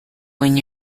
when